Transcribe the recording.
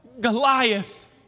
Goliath